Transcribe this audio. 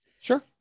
Sure